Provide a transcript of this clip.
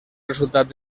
resultat